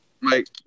Mike